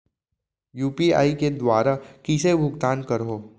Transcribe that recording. UPI के दुवारा कइसे भुगतान करहों?